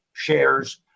shares